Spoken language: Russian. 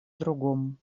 другом